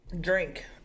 drink